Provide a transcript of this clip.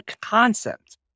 concept